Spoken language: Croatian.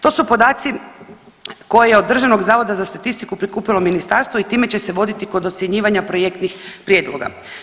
To su podaci koje je od Državnog zavoda za statistiku prikupilo ministarstvo i time će se voditi kod ocjenjivanja projektnih prijedloga.